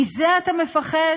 מזה אתה מפחד?